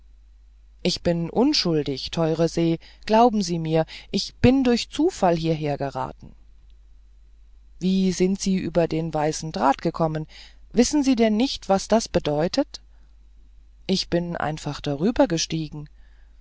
ich bin unschuldig teure se glauben sie mir ich bin durch zufall hierhergeraten wie sind sie über den weißen draht gekommen wissen sie denn nicht was das bedeutet ich bin einfach